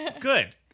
Good